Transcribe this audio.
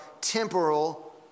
temporal